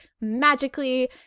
magically